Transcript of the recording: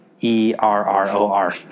E-R-R-O-R